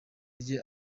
rye